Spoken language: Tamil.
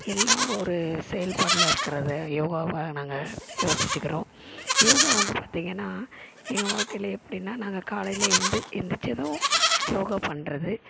எல்லாம் ஒரு செயல்பாடில் இருக்கிறது யோகாவை நாங்கள் யோசிச்சுக்கிறோம் யோகா வந்து பார்த்தீங்கன்னா எங்கள் வாழ்க்கையில எப்படின்னா நாங்கள் காலையில் ஏழுந்து எந்திரிச்சதும் யோகா பண்ணுறது